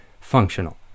functional